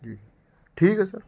جی ٹھیک ہے سر